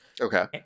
Okay